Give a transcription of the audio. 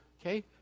Okay